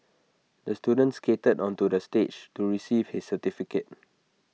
the student skated onto the stage to receive his certificate